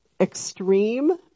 extreme